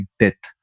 death